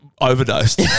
Overdosed